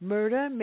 Murder